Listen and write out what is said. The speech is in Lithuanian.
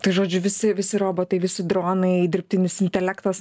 tai žodžiu visi visi robotai visi dronai dirbtinis intelektas